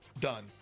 done